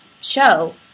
show